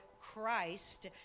Christ